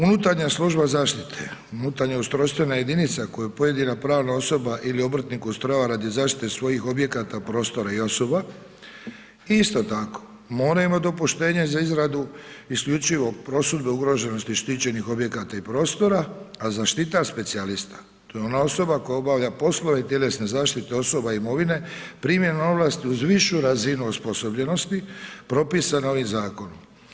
Unutarnja služba zaštite, unutarnja ustrojstvena jedinica koju pojedina pravna osoba ili obrtnik ustrojava radi zaštite svojih objekata, prostora i osoba isto tako mora imati dopuštenje za izradu isključivo prosudbe ugroženosti štićenih objekata i prostora, a zaštitar specijalista to je ona osoba koja obavlja poslove tjelesne zaštite osoba i imovine primjenom ovlasti uz višu razinu osposobljenosti propisane ovim zakonom.